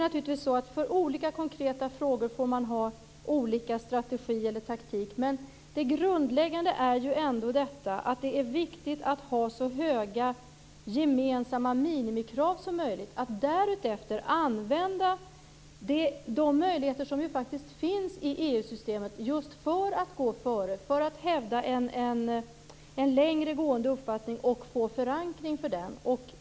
Naturligtvis får man för olika konkreta frågor ha olika strategi eller taktik, men det grundläggande är ändå att det är viktigt att ha så höga gemensamma minimikrav som möjligt och att utifrån dem använda de möjligheter som faktiskt finns i EU systemet just för att gå före och hävda en längre gående uppfattning och få förankring för den.